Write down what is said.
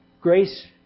Grace